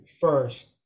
first